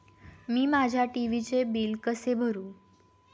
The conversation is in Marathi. मी माझ्या टी.व्ही चे बिल कसे भरू?